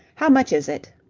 how much is it?